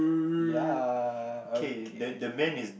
ya okay